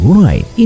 right